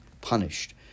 punished